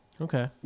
Okay